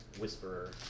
Whisperer